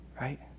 right